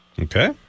Okay